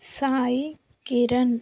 Saikiran